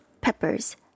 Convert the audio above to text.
peppers